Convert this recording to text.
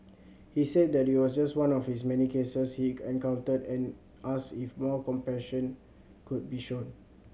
he said that it was just one of its many cases he encountered and asked if more compassion could be shown